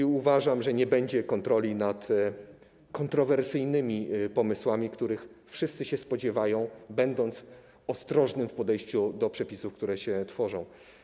I uważam, że nie będzie kontroli nad kontrowersyjnymi pomysłami, których wszyscy się spodziewają, będąc ostrożnym w podejściu do przepisów, które się tworzą.